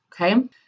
okay